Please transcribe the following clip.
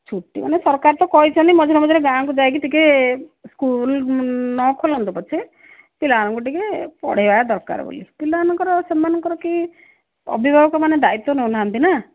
ଛୁଟି ମାନେ ସରକାର ତ କହିଛନ୍ତି ମଝିରେ ମଝିରେ ଗାଁକୁ ଯାଇକି ଟିକେ ସ୍କୁଲ ନଖୋଲନ୍ତୁ ପଛେ ପିଲାମାନଙ୍କୁ ଟିକେ ପଢ଼େଇବା ଦରକାର ବୋଲି ପିଲାମାନଙ୍କର ସେମାନଙ୍କର କେହି ଅଭିଭାବକ ମାନେ ଦାୟିତ୍ୱ ନେଉନାହାଁନ୍ତି ନା